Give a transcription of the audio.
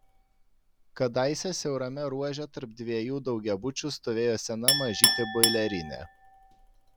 kadaise siaurame ruože tarp dviejų daugiabučių stovėjo sena mažytė boilerinė